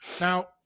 Now